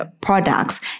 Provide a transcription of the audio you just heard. products